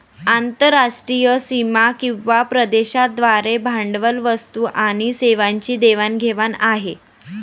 आंतरराष्ट्रीय सीमा किंवा प्रदेशांद्वारे भांडवल, वस्तू आणि सेवांची देवाण घेवाण आहे